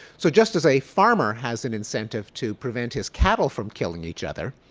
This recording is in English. so just as a farmer has and incentive to prevent his cattle from killing each other,